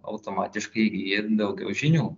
automatiškai įgyji daugiau žinių